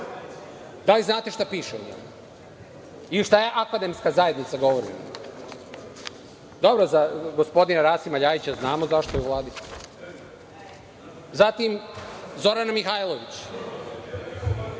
Da li znate šta piše u njemu i šta akademska zajednica govori o njemu? Dobro, za gospodina Rasima LJajića znamo zašto je u Vladi. Zatim, Zorana Mihajlović.